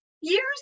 years